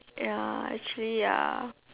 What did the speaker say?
ya actually ya